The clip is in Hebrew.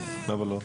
למה לא?